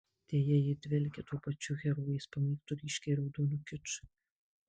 deja ji dvelkia tuo pačiu herojės pamėgtu ryškiai raudonu kiču